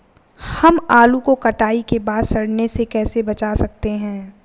हम आलू को कटाई के बाद सड़ने से कैसे बचा सकते हैं?